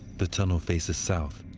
the tunnel faces south.